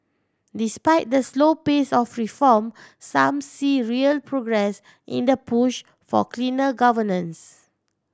despite the slow pace of reform some see real progress in the push of cleaner governance